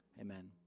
Amen